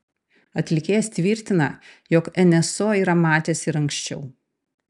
atlikėjas tvirtina jog nso yra matęs ir anksčiau